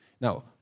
Now